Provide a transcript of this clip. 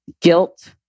guilt